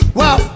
wow